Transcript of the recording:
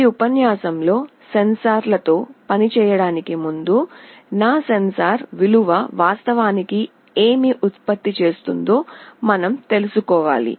ఈ ఉపన్యాసంలో సెన్సార్ లతో పనిచేయడానికి ముందు నా సెన్సార్ విలువ వాస్తవానికి ఏమి ఉత్పత్తి చేస్తుందో మనం తెలుసుకోవాలి